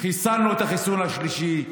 חיסנו בחיסון השלישי,